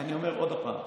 אני אומר עוד פעם,